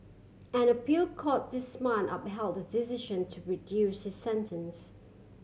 an appeal court this month upheld the decision to reduce his sentence